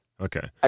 Okay